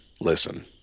listen